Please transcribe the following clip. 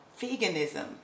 veganism